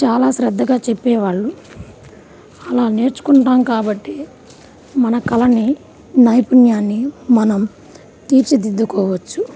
చాలా శ్రద్దగా చెప్పేవాళ్ళు అలా నేర్చుకుంటాం కాబట్టి మన కళని నైపుణ్యాన్ని మనం తీర్చి దిద్దుకోవచ్చు